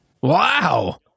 Wow